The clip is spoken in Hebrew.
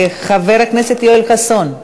חבר הכנסת יואל חסון,